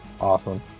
Awesome